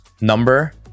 number